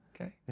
Okay